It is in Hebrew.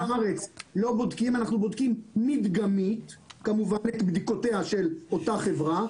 אנחנו בודקים מדגמית את בדיקותיה של אותה חברה.